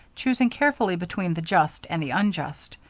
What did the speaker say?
choosing carefully between the just and the unjust,